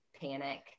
panic